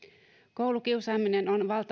koulukiusaaminen